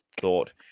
thought